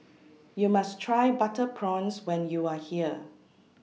YOU must Try Butter Prawns when YOU Are here